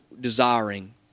desiring